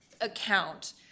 account